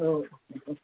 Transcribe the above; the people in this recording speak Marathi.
हो